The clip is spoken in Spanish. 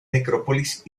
necrópolis